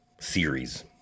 Series